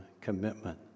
commitment